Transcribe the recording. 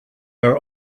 are